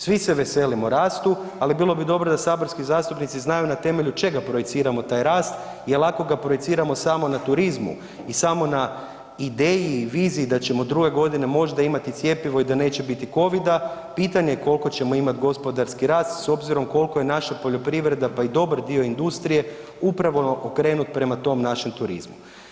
Svi se veselimo rastu, ali bilo bi dobro da saborski zastupnici na temelju čega projiciramo taj rast, jer ako ga projiciramo samo na turizmu i samo na ideji i viziji da ćemo druge godine možda imati cjepivo i da neće biti Covida, pitanje koliko ćemo imati gospodarski rast s obzirom koliko je naša poljoprivreda, pa i dobar dio industrije upravo okrenut prema tom našem turizmu.